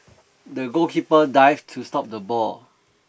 the goalkeeper dived to stop the ball